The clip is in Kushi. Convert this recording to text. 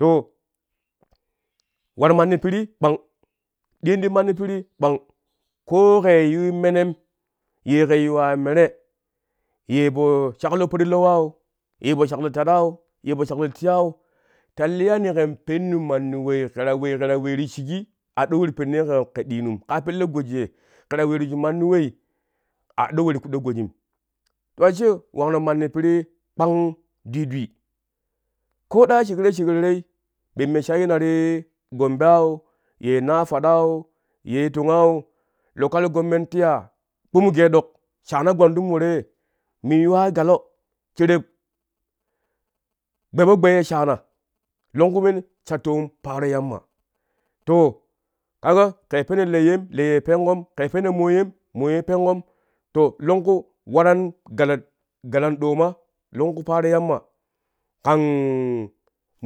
To war manni piri kpang ɗiyoni ti manni pirii kpang koo kei yuii menem ye ke yuwaai mere ye po shaklo parlau wau ye po shaklo tatau shaklo tiyau t aliyani ken pennu manni wei ke ta wee ke ta weeru shiƙi a do we ti pirinnee ke ɗiinum ka pelle goji ye ke ta weeru shi manni wei a do we ti kudo gojim to ashe wangro manni piri kpang dwii dwii ko ɗaa shekre shekre tei memme shayyina ti gomboe. au, nafadau ye tongau lokal gomment tiya kpumu gee dok shaana gbandum woro ye min yuwaa galo shereb gbe po gbe shaana longku wea sha toom paaron yamma to ka ga ke peno leiyem leiye pengom ke peno moyem, moyem pengom to longku waran galan galan ɗooma longku paaro yamma kaan